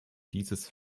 dieses